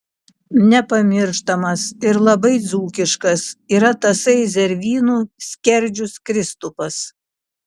nepamirštamas ir labai dzūkiškas yra tasai zervynų skerdžius kristupas